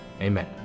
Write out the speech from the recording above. Amen